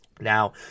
Now